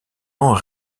ans